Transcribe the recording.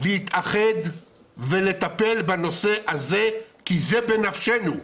להתאחד ולטפל בנושא הזה כי זה בנפשנו.